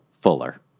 fuller